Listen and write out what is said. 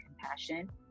compassion